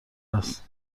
است